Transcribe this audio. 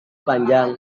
panjang